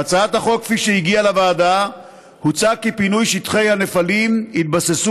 בהצעת החוק כפי שהגיעה לוועדה הוצע כי פינוי שטחי הנפלים יתבסס